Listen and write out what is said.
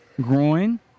Groin